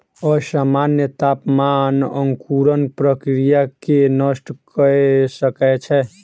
असामन्य तापमान अंकुरण प्रक्रिया के नष्ट कय सकै छै